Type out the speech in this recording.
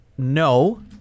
No